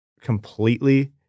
completely –